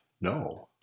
no